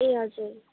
ए हजुर